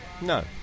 No